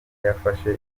yafashe